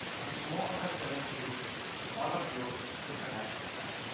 and more opportunities for all of you to connect with them.